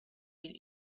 been